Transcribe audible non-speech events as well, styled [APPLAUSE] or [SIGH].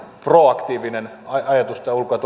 proaktiivinen ajatus ulko ja [UNINTELLIGIBLE]